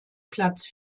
platz